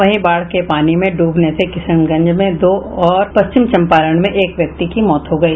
वहीं बाढ़ के पानी में डूबने से किशनगंज में दो और पश्चिम चंपारण में एक व्यक्ति की मौत हो गयी